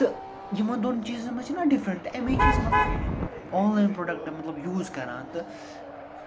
تہٕ یِمن دۄن چیٖزَن منٛز چھِنہ ڈِفرنٛٹ تہٕ اَمِکۍ مطلب آنلایَن پرٛوڈکٹ مطلب یوٗز کَران تہٕ